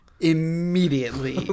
Immediately